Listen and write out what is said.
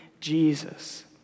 Jesus